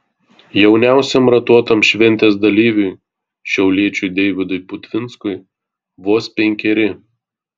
jauniausiam ratuotam šventės dalyviui šiauliečiui deividui putvinskui vos penkeri